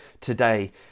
today